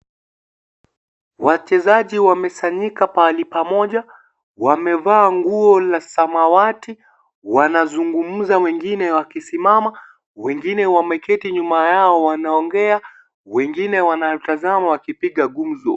Wachezaji wamesanyika pahali pamoja, wamevaa nguo la samawati wanazungumza wengine wakisimama , wengine wameketi nyuma yao wanaongea, wengine wanatazama wakipiga gumzo.